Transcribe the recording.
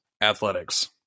Athletics